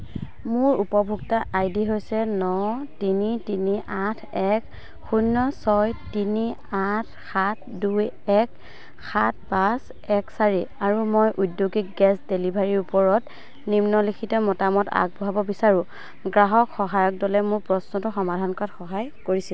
মোৰ উপভোক্তা I D হৈছে ন তিনি তিনি আঠ এক শূন্য ছয় তিনি আঠ সাত দুই এক সাত পাঁচ এক চাৰি আৰু মই ঔদ্যোগিক গেছ ডেলিভাৰীৰ ওপৰত নিম্নলিখিত মতামত আগবঢ়াব বিচাৰো গ্ৰাহক সহায়ক দলে মোৰ প্ৰশ্নটো সমাধান কৰাত সহায় কৰিছিল